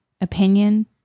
opinion